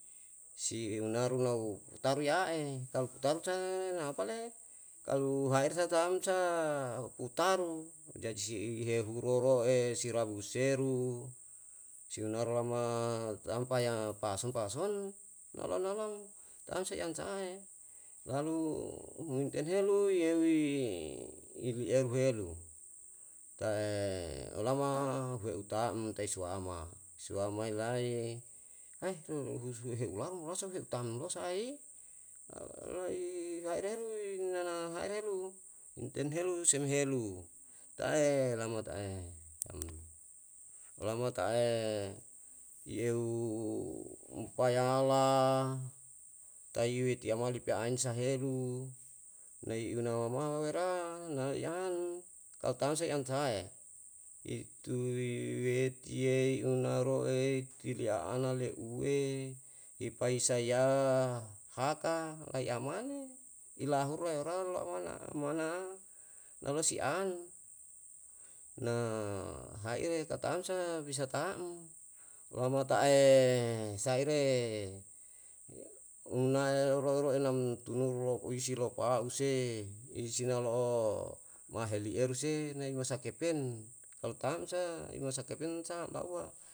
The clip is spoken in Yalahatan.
si unaru nau putaru ya'e, tau putaru sae na apale? Kalu haersa tam sa putaru, jaji di heru roroe, si rabuseru, si onaro lama tampa yang pason pason nolo nolong, tamsa i an sahae? Lalu munten helu yeu i ihi eu helu, tae olama heu tam tai suwama, suwama ilai ae ruruhesu eu lau, lau sa hi tam lau sa ai, lau i haereru inana hareru humten helu semhelu. Ta'e lamatae i eu umpayala, tai watiama lipi ainsa helu, nai una wama wera na i an, tau tam sa i an sahae? Itui wetiyei unaroei tili aana leuwe, ipaisaya haka lai amane, ilahura yoraro lau mana, mana nalo si an. Na haire ka tamsa bisa tam, laumata'e saire una eoroe roe nam tunuo lou isi lou ause, isi nalo'o maheli eru se, nai mosa kepen, kalu am sa imosa kepen sa lauwa